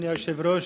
אדוני היושב-ראש,